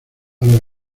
los